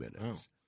minutes